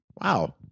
Wow